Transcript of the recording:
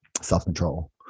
self-control